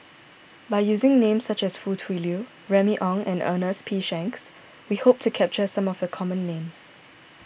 by using names such as Foo Tui Liew Remy Ong and Ernest P Shanks we hope to capture some of the common names